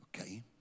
Okay